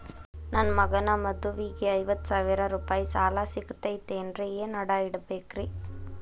ನನ್ನ ಮಗನ ಮದುವಿಗೆ ಐವತ್ತು ಸಾವಿರ ರೂಪಾಯಿ ಸಾಲ ಸಿಗತೈತೇನ್ರೇ ಏನ್ ಅಡ ಇಡಬೇಕ್ರಿ?